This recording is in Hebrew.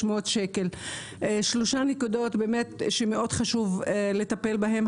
אלה שלוש נקודות שמאוד חשוב לטפל בהן.